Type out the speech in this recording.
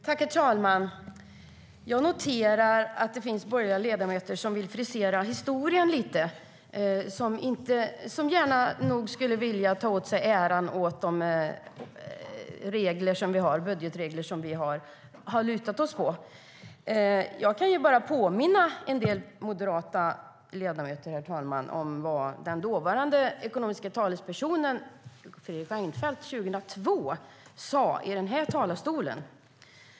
Herr talman! Jag noterar att det finns borgerliga ledamöter som vill frisera historien och som gärna skulle vilja ta åt sig äran av de budgetregler vi har lutat oss mot. Låt mig påminna om vad den dåvarande ekonomiska talespersonen Fredrik Reinfeldt år 2002 sa i den här talarstolen.